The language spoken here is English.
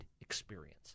experience